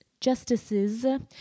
Justices